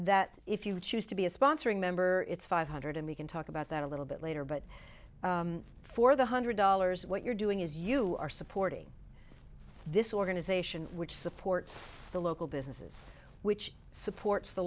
that if you choose to be a sponsoring member it's five hundred and we can talk about that a little bit later but for the hundred dollars what you're doing is you are supporting this organization which support the local businesses which supports the